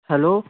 hello